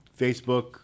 Facebook